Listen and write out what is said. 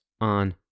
on